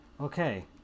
Okay